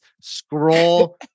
scroll